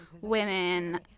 women